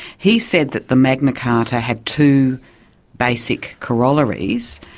he said that the magna carta had two basic corollaries,